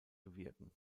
bewirken